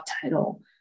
title